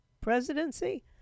presidency